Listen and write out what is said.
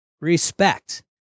respect